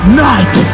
night